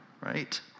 right